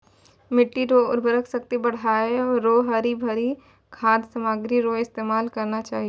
मिट्टी रो उर्वरा शक्ति बढ़ाएं रो हरी भरी खाद सामग्री रो इस्तेमाल करना चाहियो